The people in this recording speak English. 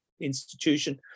institution